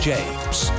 James